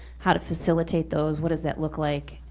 how to facilitate those, what does that look like,